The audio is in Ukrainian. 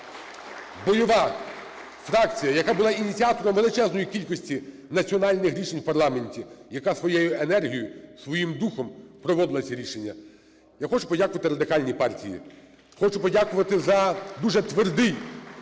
бойова фракція, яка була ініціатором величезної кількості національних рішень в парламенті, яка своєю енергією, своїм духом проводила ці рішення. Я хочу подякувати Радикальній партії. Хочу подякувати за дуже твердий